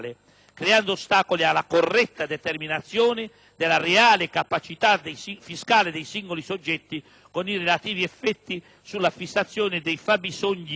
creando ostacoli alla corretta determinazione della reale capacità fiscale dei singoli soggetti, con i relativi effetti sulla fissazione dei fabbisogni